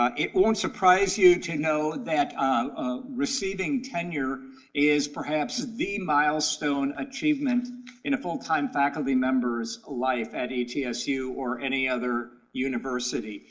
um it won't surprise you to know that ah receiving tenure is perhaps the milestone achievement in a full-time faculty member's life at etsu, or any other university,